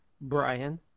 Brian